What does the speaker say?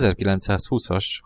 1920-as